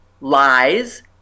lies